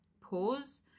pause